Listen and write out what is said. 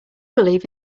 believe